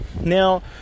Now